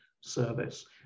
service